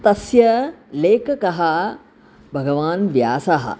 तस्य लेखकः भगवान् व्यासः